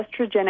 estrogenic